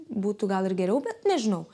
būtų gal ir geriau bet nežinau